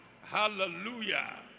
Hallelujah